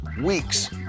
weeks